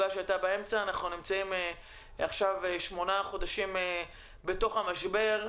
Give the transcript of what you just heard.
ואנחנו כבר שמונה חודשים בתוך המשבר.